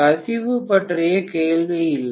கசிவு பற்றிய கேள்வி இல்லை